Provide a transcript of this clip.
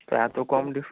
তো এত কম ডিস